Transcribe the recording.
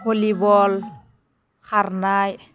volleyball खारनाय